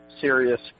serious